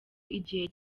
igihe